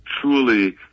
truly